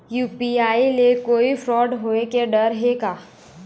UPI ले कोई fraud होए के डर हे का?